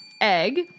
egg